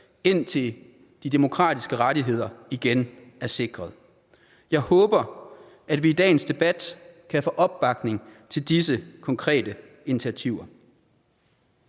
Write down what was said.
indtil de demokratiske rettigheder igen er sikret. Jeg håber, at vi i dagens debat kan få opbakning til disse konkrete initiativer.